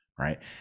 right